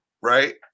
right